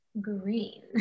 green